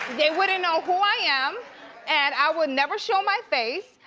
they wouldn't know who i am and i would never show my face.